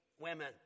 women